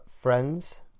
friends